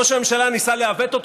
ראש הממשלה ניסה לעוות אותו.